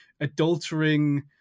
adultering